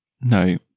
No